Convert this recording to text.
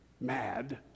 mad